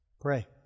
Pray